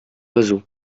oiseau